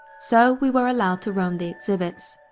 so, we were allowed to roam the exhibits.